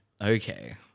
Okay